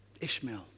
Ishmael